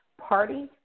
party